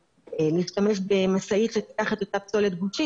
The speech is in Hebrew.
להשתמש במשאית שלוקחת את אותה פסולת גושית,